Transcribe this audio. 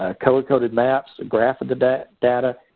ah color-coded maps and graph of the data.